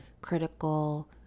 critical